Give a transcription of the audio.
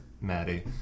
Maddie